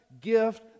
gift